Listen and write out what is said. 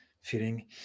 feeling